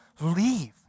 Leave